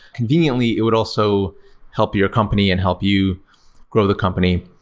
conveniently, it would also help your company and help you grow the company.